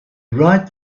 right